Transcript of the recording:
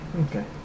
Okay